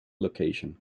location